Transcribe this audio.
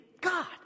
God